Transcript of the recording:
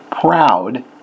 proud